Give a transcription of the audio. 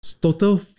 Total